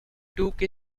took